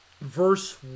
verse